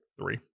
three